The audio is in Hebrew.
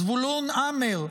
זבולון המר,